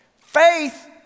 Faith